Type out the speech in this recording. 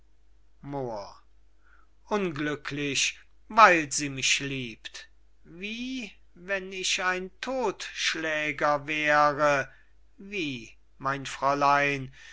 unglücklich weil sie mich liebt wie wenn ich ein todtschläger wäre wie mein fräulein